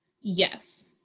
Yes